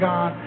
God